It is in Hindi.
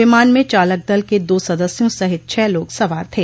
विमान म चालक दल के दो सदस्यों सहित छह लोग सवार थे